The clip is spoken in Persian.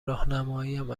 راهنماییم